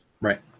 Right